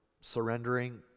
surrendering